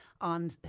on